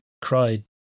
cried